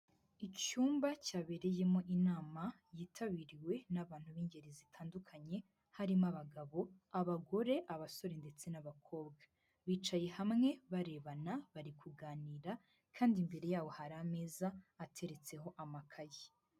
Icyumba cyabereyemo inama yitabiriwe n'abantu b'ingeri zitandukanye, harimo abagabo, abagore, abasore ndetse n'abakobwa. Bicaye hamwe barebana, bari kuganira kandi imbere yabo hari ameza ateretseho amakaye.